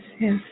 yes